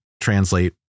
translate